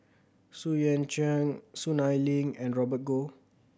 Xu Yuan Zhen Soon Ai Ling and Robert Goh